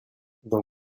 dans